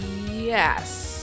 Yes